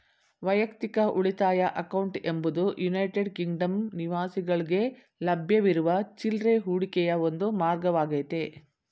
ವೈಯಕ್ತಿಕ ಉಳಿತಾಯ ಅಕೌಂಟ್ ಎಂಬುದು ಯುನೈಟೆಡ್ ಕಿಂಗ್ಡಮ್ ನಿವಾಸಿಗಳ್ಗೆ ಲಭ್ಯವಿರುವ ಚಿಲ್ರೆ ಹೂಡಿಕೆಯ ಒಂದು ಮಾರ್ಗವಾಗೈತೆ